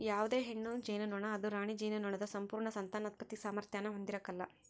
ಯಾವುದೇ ಹೆಣ್ಣು ಜೇನುನೊಣ ಅದು ರಾಣಿ ಜೇನುನೊಣದ ಸಂಪೂರ್ಣ ಸಂತಾನೋತ್ಪತ್ತಿ ಸಾಮಾರ್ಥ್ಯಾನ ಹೊಂದಿರಕಲ್ಲ